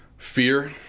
fear